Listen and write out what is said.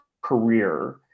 career